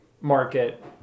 market